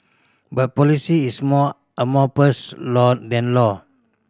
but policy is more amorphous law than law